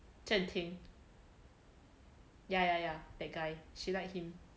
zhen ting yeah yeah yeah that guy she like him